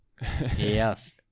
Yes